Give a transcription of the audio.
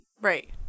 Right